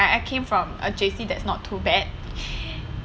ah I came from a J_C that's not too bad